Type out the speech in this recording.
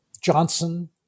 Johnson